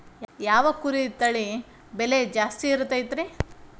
ಯಾವ ಕುರಿ ತಳಿ ಬೆಲೆ ಜಾಸ್ತಿ ಇರತೈತ್ರಿ?